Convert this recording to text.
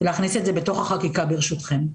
להכניס את זה בתוך החקיקה ברשותכם.